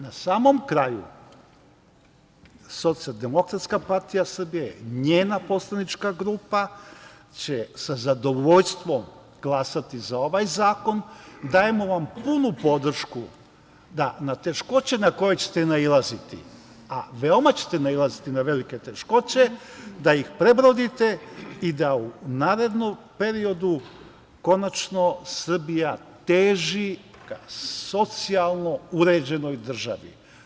Na samom kraju Socijaldemokratska partija Srbije, njena poslanička grupa će sa zadovoljstvom glasati za ovaj zakon, dajemo vam punu podršku da na teškoće na koje ćete nailaziti, a veoma ćete nailaziti na velike teškoće, da ih prebrodite i da u narednom periodu konačno Srbija teži ka socijalno uređenoj državi.